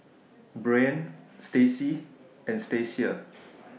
Breann Stacie and Stacia